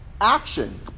action